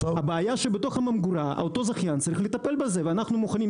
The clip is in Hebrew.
הבעיה שבתוך המגורה אותו זכיין צריך לטפל בזה ואנחנו מוכנים.